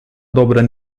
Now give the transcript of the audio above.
dobre